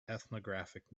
ethnographic